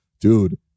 Dude